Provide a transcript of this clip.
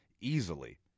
easily